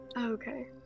okay